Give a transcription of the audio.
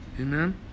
Amen